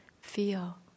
feel